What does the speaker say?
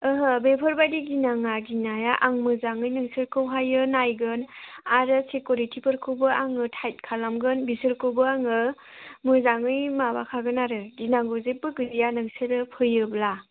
ओहो बेफोरबायदि गिनाङा गिनाया आं मोजाङै नोंसोरखौहाय नायगोन आरो सिकिउरिटिफोरखौबो आङो थाइट खालामगोन बिसोरखौबो आङो मोजाङै माबा हागोन आरो गिनांगौ जेबो गैया नोंसोरो फैयोब्ला